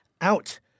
out